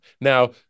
now